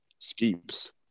skeeps